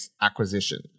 acquisition